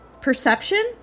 perception